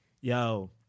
yo